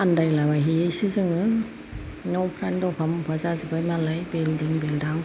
आन्दायला बायहैयोसो जोङो न'फ्रानो दफा मुफा जाजोबबाय नालाय बिल्दिं बिल्दां